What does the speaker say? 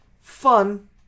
fun